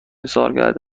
سالگرد